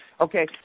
Okay